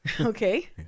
okay